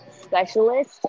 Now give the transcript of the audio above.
specialist